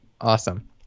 Awesome